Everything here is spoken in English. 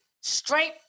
Straight